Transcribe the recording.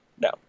No